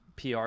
PR